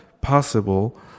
possible